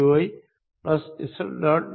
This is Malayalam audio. vyz